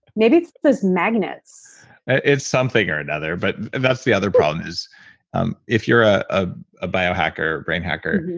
maybe it's those magnets it's something or another but that's the other problem is and if you're a ah ah biohacker, brain hacker,